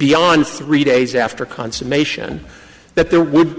beyond three days after consummation that there would